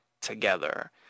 together